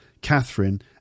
Catherine